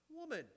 Woman